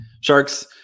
Sharks